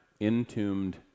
entombed